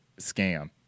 scam